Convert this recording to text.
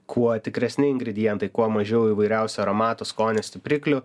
kuo tikresni ingredientai kuo mažiau įvairiausių aromatų skonio stipriklių